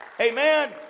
Amen